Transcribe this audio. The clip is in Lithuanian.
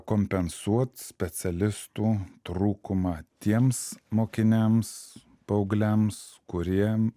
kompensuot specialistų trūkumą tiems mokiniams paaugliams kuriem